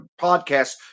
podcasts